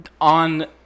On